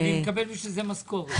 אני מקבל בשביל זה משכורת.